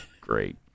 Great